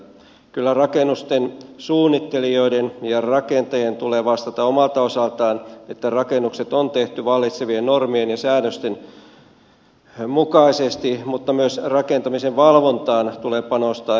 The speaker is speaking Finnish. kyllä rakennusten suunnittelijoiden ja rakentajien tulee vastata omalta osaltaan että rakennukset on tehty vallitsevien normien ja säädösten mukaisesti mutta myös rakentamisen valvontaan tulee panostaa enemmän